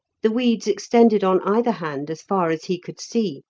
the weeds extended on either hand as far as he could see,